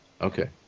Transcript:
okay